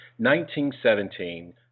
1917